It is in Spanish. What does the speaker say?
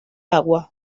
agua